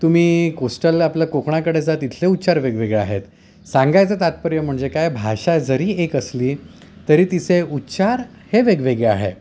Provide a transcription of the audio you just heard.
तुम्ही कोस्टल आपलं कोकणाकडे जा तिथले उच्चार वेगवेगळे आहेत सांगायचं तात्पर्य म्हणजे काय भाषा जरी एक असली तरी तिचे उच्चार हे वेगवेगळे आहे